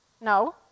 No